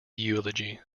eulogy